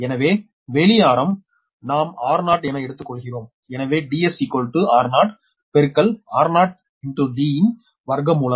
எனவே வெளி ஆரம் நாம் r0 என எடுத்துக்கொள்கிறோம் எனவே Ds r0 பெருக்கல் r0 d ன் வர்க்கமூலம்